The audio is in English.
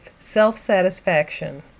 self-satisfaction